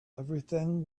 everything